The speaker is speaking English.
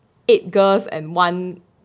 eight girls and one